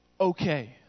okay